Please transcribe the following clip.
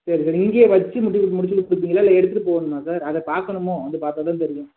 சரி சார் இங்கேயே வச்சு முடி முடித்து கொடுப்பீங்களா இல்லை எடுத்துகிட்டு போகணுமா சார் அதை பார்க்கணுமோ வந்து பார்த்தா தான் தெரியும்